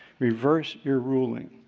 reverse your ruling.